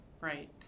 Right